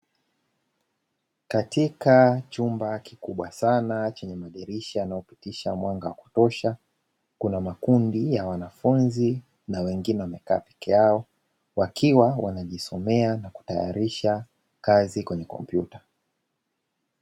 Katika chumba kikubwa sana chenye madirisha yanayopitisha mwanga wa kutosha, kuna makundi ya wanafunzi na wengine wamekaa peke yao wakiwa wanajisomea na kutayarisha kazi kwenye kompyuta.